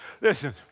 Listen